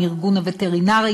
עם ארגון הווטרינרים,